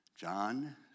John